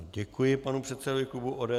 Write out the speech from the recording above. Děkuji panu předsedovi klubu ODS.